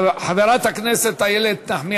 חברת הכנסת מיכל רוזין וקבוצת חברי הכנסת,